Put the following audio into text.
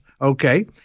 Okay